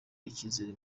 icyizere